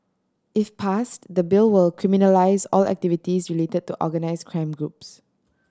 if passed the Bill will criminalise all activities related to organised crime groups